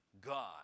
God